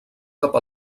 cap